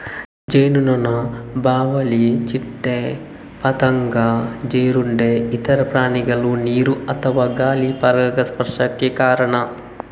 ಜೇನುನೊಣ, ಬಾವಲಿ, ಚಿಟ್ಟೆ, ಪತಂಗ, ಜೀರುಂಡೆ, ಇತರ ಪ್ರಾಣಿಗಳು ನೀರು ಅಥವಾ ಗಾಳಿ ಪರಾಗಸ್ಪರ್ಶಕ್ಕೆ ಕಾರಣ